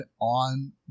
on